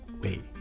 Wait